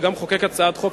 וגם חוקק הצעת חוק,